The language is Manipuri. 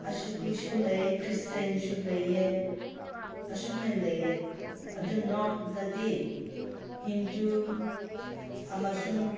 ꯑꯁꯤꯈꯣꯏꯁꯨ ꯂꯩꯌꯦ ꯈ꯭ꯔꯤꯁꯇꯦꯟꯁꯨ ꯂꯩꯌꯦ ꯑꯁꯨꯃꯥꯏꯅ ꯂꯩꯌꯦ ꯑꯗꯨ ꯅꯣꯔꯠꯇꯗꯤ ꯍꯤꯟꯗꯨ ꯑꯃꯁꯨꯡ